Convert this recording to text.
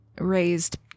raised